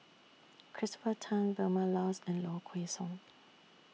Christopher Tan Vilma Laus and Low Kway Song